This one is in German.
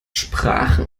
sprachen